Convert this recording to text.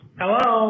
hello